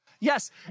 Yes